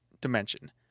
dimension